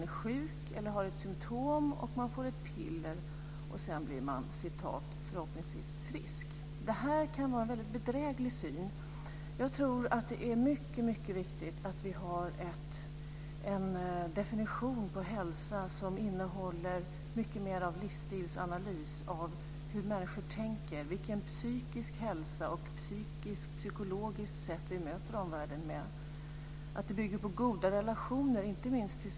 Den innebar att alla de olika register som Socialstyrelsen har regleras i en lag. I den nya lagen öppnades för möjligheten att ta in mer uppgifter om sjukvården än vad som görs i dag. Närmare föreskrifter om enskilda hälsoregister ska meddelas av regeringen inom de ramar som lagen fastställer.